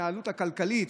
בהתנהלות הכלכלית,